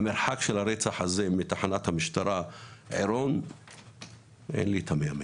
המרחק בין מקום הרצח לבין תחנת משטרת עירון הוא פחות מ-100 מטר.